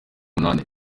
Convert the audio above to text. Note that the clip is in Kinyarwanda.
umunani